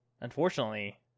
unfortunately